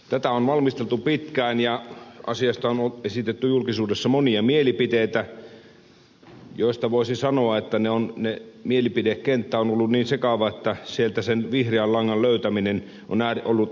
tätä on valmisteltu pitkään ja asiasta on esitetty julkisuudessa monia mielipiteitä joista voisi sanoa että mielipidekenttä on ollut niin sekava että sieltä sen vihreän langan löytäminen on ollut äärimmäisen vaikeaa